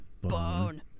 Bone